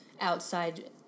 outside